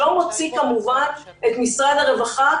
זה לא מוציא כמובן את משרד הרווחה.